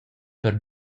per